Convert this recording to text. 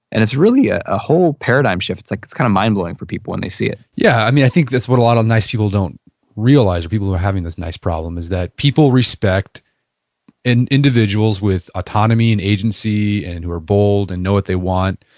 and it's really ah a whole paradigm shift. it's like it's kind of mind-blowing for people when they see it yeah. i think that's what a lot of nice people don't realize, or people who are having this nice problem is that people respect individuals with autonomy and agency and who are bold and know what they want.